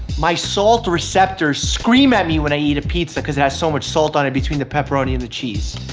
my salt receptors scream at me when i eat a pizza cause it has so much salt on it between the pepperoni and the cheese.